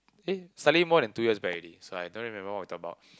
eh suddenly more than two years back already so I don't really remember what we talk about